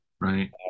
Right